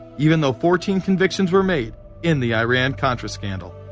even though fourteen convictions were made in the iran-contra scandal.